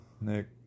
Nick